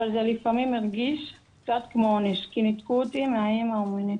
אבל זה לפעמים הרגיש קצת כמו עונש כי ניתקו אותי מהאימא האומנת